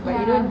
ya